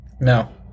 No